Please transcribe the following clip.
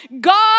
God